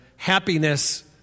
Happiness